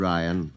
Ryan